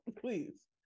please